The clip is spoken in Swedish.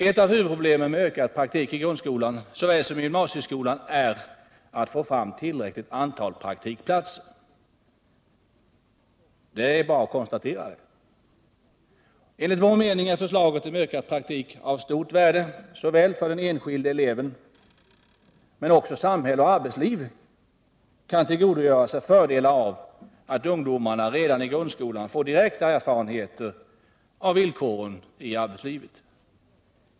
Ett av huvudproblemen med ökad praktik i grundskolan såväl som i gymnasieskolan är att få fram tillräckligt antal praktikplatser — det är bara att konstatera. Enligt vår mening är förslaget om ökad praktik av stort värde för den enskilde eleven, men också samhälle och arbetsliv kan tillgodogöra sig fördelar av att ungdomarna redan i grundskolan får direkta erfarenheter av villkoren i arbetslivet.